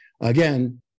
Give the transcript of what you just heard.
again